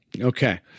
Okay